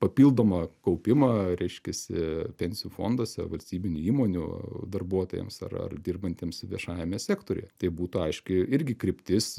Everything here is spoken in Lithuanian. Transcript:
papildomą kaupimą reiškiasi pensijų fonduose valstybinių įmonių darbuotojams ar ar dirbantiems viešajame sektoriuj tai būtų aiški irgi kryptis